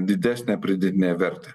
didesnę pridėtinę vertę